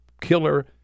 killer